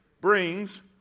brings